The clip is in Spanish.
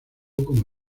como